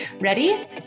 Ready